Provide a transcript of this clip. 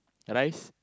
rice